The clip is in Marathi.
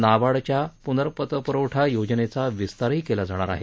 नाबार्डच्या पुनर्पतपुरवठा योजनेचाही विस्तार केला जाणार आहे